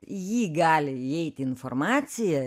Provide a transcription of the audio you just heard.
į jį gali įeiti informacija